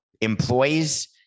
employees